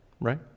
right